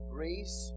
Greece